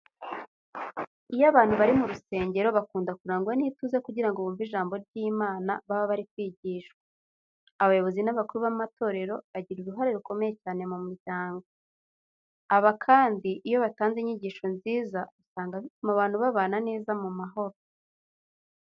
Iyo abantu bari mu rusengero bakunda kurangwa n'ituze kugira ngo bumve ijambo ry'Imana baba bari kwigishwa. Abayobozi n'abakuru b'amatorero bagira uruhare rukomeye cyane mu muryango. Aba kandi iyo batanze inyigisho nziza, usanga bituma abantu babana neza mumahoro.